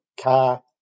car